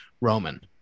Roman